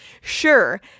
Sure